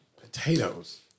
Potatoes